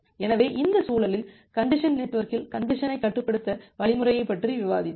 எனவே இந்த சூழலில் கஞ்ஜசன் நெட்வொர்க்கில் கஞ்ஜசனை கட்டுப்படுத்தப்பட்ட வழிமுறையைப் பற்றி விவாதித்தோம்